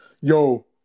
Yo